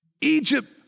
Egypt